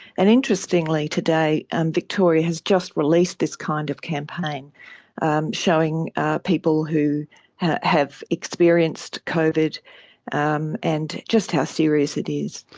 and interestingly today and victoria has just released this kind of campaign and showing ah people who have experienced covid and and just how serious it is.